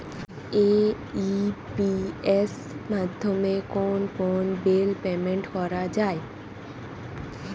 AEPS মাধ্যমে কোন কোন বিল পেমেন্ট করা যায়?